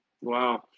Wow